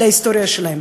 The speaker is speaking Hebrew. על ההיסטוריה שלהן.